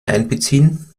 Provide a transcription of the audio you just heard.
einbeziehen